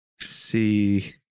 see